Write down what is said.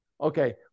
Okay